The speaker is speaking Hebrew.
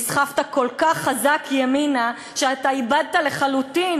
נסחפת כל כך חזק ימינה שאיבדת לחלוטין